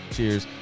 Cheers